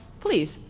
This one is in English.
please